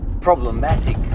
problematic